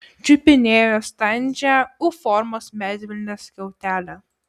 čiupinėjo standžią u formos medvilnės skiautelę